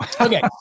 Okay